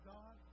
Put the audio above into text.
God